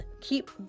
keep